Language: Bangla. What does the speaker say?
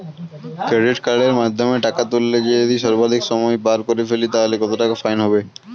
ক্রেডিট কার্ডের মাধ্যমে টাকা তুললে যদি সর্বাধিক সময় পার করে ফেলি তাহলে কত টাকা ফাইন হবে?